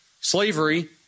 slavery